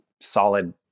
solid